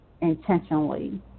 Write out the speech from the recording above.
intentionally